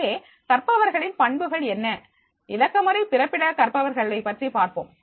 எனவே கற்பவர்களின் பண்புகள் என்ன இலக்கமுறை பிறப்பிட கற்பவர்களை பற்றி பார்ப்போம்